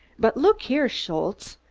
but look here, schultze,